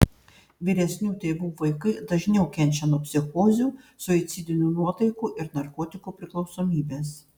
vyresnių tėvų vaikai dažniau kenčia nuo psichozių suicidinių nuotaikų ir narkotikų priklausomybės